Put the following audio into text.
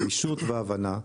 גמישות והבנה,